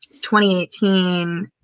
2018